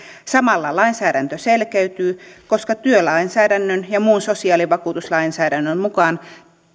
samalla lainsäädäntö selkeytyy koska työlainsäädännön ja muun sosiaalivakuutuslainsäädännön mukaan